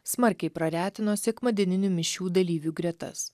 smarkiai praretino sekmadieninių mišių dalyvių gretas